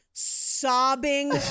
sobbing